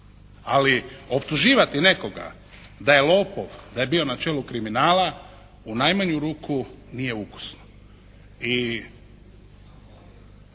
Ali optuživati nekoga da je lopov, da je bio na čelu kriminala u najmanju ruku nije ukusno